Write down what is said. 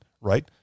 right